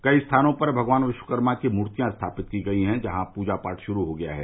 कई स्थानों पर भगवान विश्वकर्मा की मूर्तियां स्थापित की गयी हैं जहां पूजा पाठ शुरू हो गया है